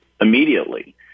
immediately